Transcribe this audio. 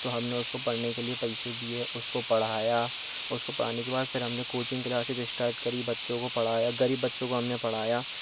तो हमने उसको पढ़ने के लिए पैसे दिए उसको पढ़ाया उसको पढ़ाने के बाद फ़िर हमने कोचिंग क्लासेस स्टार्ट की बच्चों को पढ़ाया गरीब बच्चों को हमने पढ़ाया